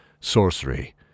sorcery